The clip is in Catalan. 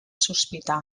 sospitar